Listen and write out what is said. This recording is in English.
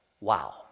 Wow